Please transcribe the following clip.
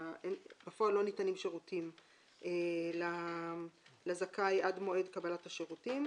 כשבפועל לא ניתנים שירותים לזכאי עד מועד קבלת השירותים.